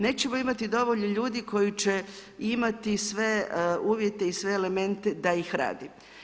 Nećemo imati dovoljno ljudi koji će imati sve uvijete i sve elemente da ih radi.